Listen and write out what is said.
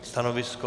Stanovisko?